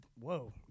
Whoa